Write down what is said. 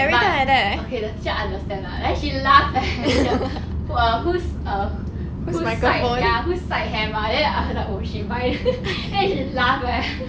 but okay the teacher understand lah then she laugh eh then she whose err whose side ya whose side have ah then I was like oh shit mine then she laugh eh